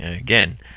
again